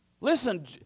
listen